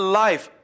life